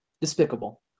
Despicable